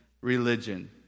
religion